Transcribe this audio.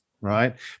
Right